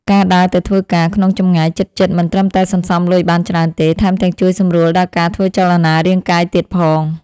ការដើរទៅធ្វើការក្នុងចម្ងាយជិតៗមិនត្រឹមតែសន្សំលុយបានច្រើនទេ ថែមទាំងជួយសម្រួលដល់ការធ្វើចលនារាងកាយទៀតផង។